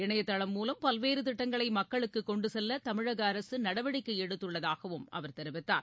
இணைதளம் மூலம் பல்வேறுதிட்டங்களைமக்குகொண்டுசெல்லதமிழகஅரசுநடவடிக்கைஎடுத்துள்ளதாகவும் அவர் தெரிவித்தார்